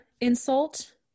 insult